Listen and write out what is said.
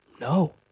No